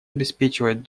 обеспечивать